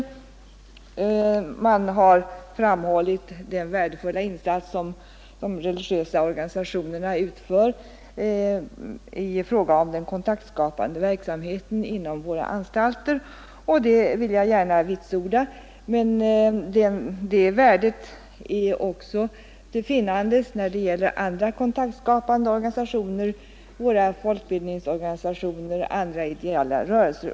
I reservationen framhålls den värdefulla insats som de religiösa organisationerna utför i fråga om den kontaktskapande verksamheten inom våra anstalter. Den vill jag gärna vitsorda, men det värdet är också till finnandes när det gäller andra kontaktskapande organisationer, t.ex. våra folkbildningsorganisationer och andra ideella rörelser.